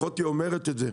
לפחות היא אומרת את זה,